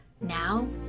Now